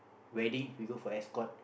wedding we go for escort